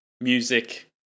music